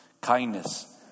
kindness